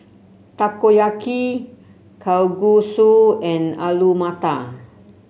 Takoyaki Kalguksu and Alu Matar